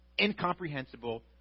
incomprehensible